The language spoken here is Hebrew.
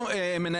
לא.